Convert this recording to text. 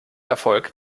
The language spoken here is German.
erfolg